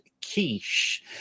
quiche